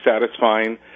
satisfying